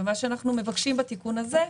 ומה שאנחנו מבקשים בתיקון הזה,